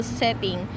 setting